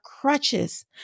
crutches